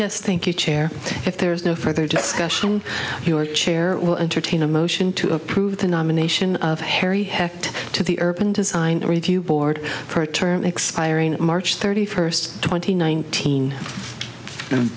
yes thank you chair if there is no further discussion your chair will entertain a motion to approve the nomination of harry hecht to the urban design review board per term expiring march thirty first twenty nineteen and